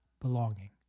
belonging